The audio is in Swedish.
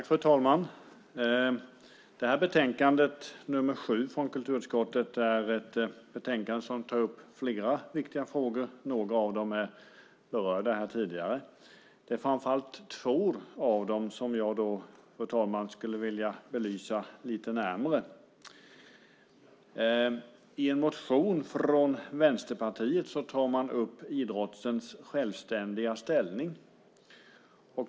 Fru talman! Betänkande nr 7 från kulturutskottet är ett betänkande där flera viktiga frågor tas upp. Några av dem har berörts här tidigare. Det är framför allt två av dem som jag skulle vilja belysa lite närmare, fru talman. I en motion från Vänsterpartiet tar man upp idrottens självständiga ställning.